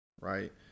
right